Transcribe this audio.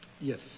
Yes